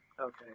Okay